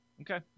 Okay